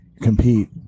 compete